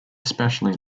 especially